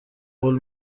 قول